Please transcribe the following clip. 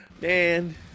Man